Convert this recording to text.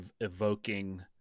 evoking